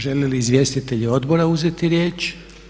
Žele li izvjestitelji odbora uzeti riječ?